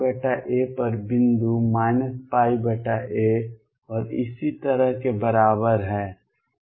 a पर बिंदु a और इसी तरह के बराबर है